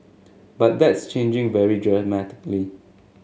but that's changing very dramatically